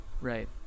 right